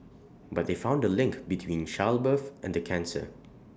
but they found A link between childbirth and the cancer